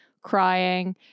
crying